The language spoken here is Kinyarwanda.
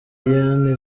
eliane